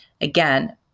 Again